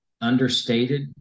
understated